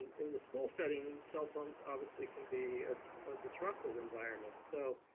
um in the school setting, cell phones obviously could be a disruptive environment. so,